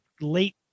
late